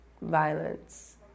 violence